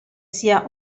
sia